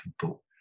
people